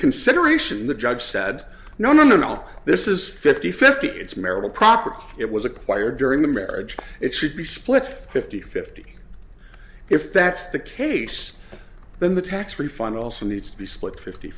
reconsideration the judge said no no no this is fifty fifty it's marital property it was acquired during the marriage it should be split fifty fifty if that's the case then the tax refund also needs to be split fifty